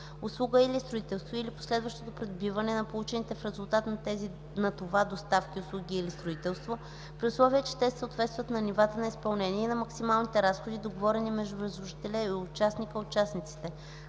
услуга или строителство и последващото придобиване на получените в резултат на това доставки, услуги или строителство, при условие че те съответстват на нивата на изпълнение и на максималните разходи, договорени между възложителя и участника/участниците.